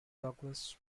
douglas